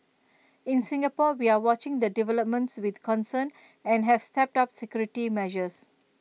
in Singapore we are watching the developments with concern and have stepped up security measures